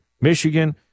Michigan